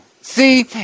See